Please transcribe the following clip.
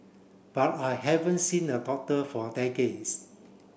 but I haven't seen a doctor for decades